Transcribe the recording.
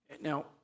Now